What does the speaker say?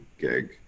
gig